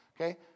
okay